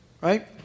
right